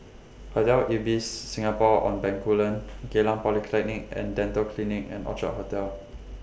Hotel Ibis Singapore on Bencoolen Geylang Polyclinic and Dental Clinic and Orchard Hotel